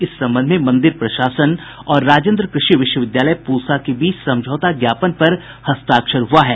इस संबंध में मंदिर प्रशासन और राजेन्द्र कृषि विश्वविद्यालय पूसा के बीच समझौता ज्ञापन पर हस्ताक्षर हुआ है